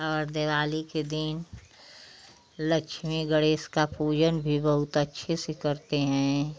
और दिवाली के दिन लक्ष्मी गणेश का पूजन भी बहुत अच्छे से करते हैं